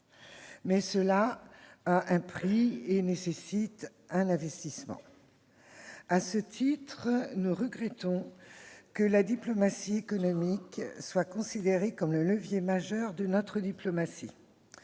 mais cela a un prix et nécessite un investissement. À ce titre, nous regrettons que la diplomatie économique soit considérée comme le levier majeur de notre diplomatie.